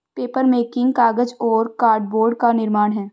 papermaking कागज और cardboard का निर्माण है